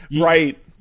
Right